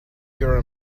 your